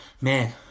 Man